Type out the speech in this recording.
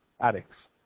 addicts